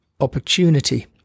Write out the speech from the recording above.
opportunity